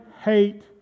hate